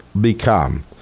become